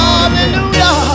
Hallelujah